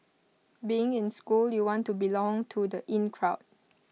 being in school you want to belong to the in crowd